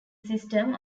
system